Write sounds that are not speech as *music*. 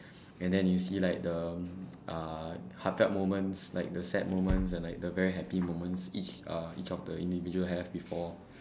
*breath* and then you see like the *noise* uh the heartfelt moments like the sad moments and like the very happy moments each uh each of the individuals have before